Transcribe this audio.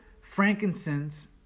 frankincense